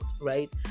right